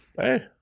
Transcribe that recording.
hey